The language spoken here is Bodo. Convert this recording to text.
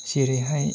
जेरैहाय